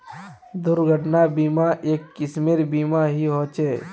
दुर्घटना बीमा, एक किस्मेर बीमा ही ह छे